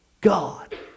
God